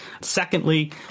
secondly